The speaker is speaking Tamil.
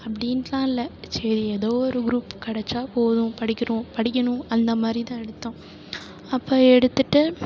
அப்படின்ட்டுலாம் இல்லை சரி ஏதோ ஒரு க்ரூப் கெடச்சால் போதும் படிக்கிறோம் படிக்கணும் அந்த மாதிரி தான் எடுத்தோம் அப்போ எடுத்துட்டு